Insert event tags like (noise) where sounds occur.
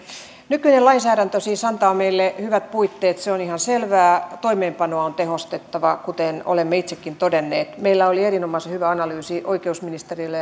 nykyinen lainsäädäntö siis antaa meille hyvät puitteet se on ihan selvää toimeenpanoa on tehostettava kuten olemme itsekin todenneet meillä oli erinomaisen hyvä analyysi oikeusministerillä (unintelligible)